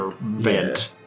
vent